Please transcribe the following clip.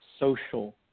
social